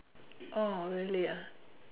oh really ah